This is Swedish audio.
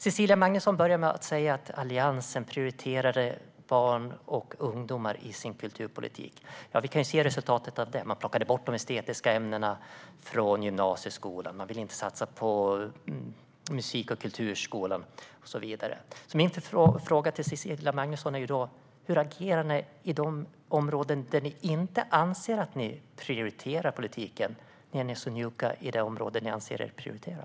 Cecilia Magnusson började med att säga att Alliansen prioriterade barn och ungdomar i sin kulturpolitik. Vi kan se resultatet av det. Man plockade bort de estetiska ämnena från gymnasieskolan, man ville inte satsa på musik och kulturskolan och så vidare. Min fråga till Cecilia Magnusson är därför: Hur agerar ni på de områden där ni inte anser att ni prioriterar politiken, när ni är så njugga i fråga om de områden som ni anser er prioritera?